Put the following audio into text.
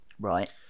right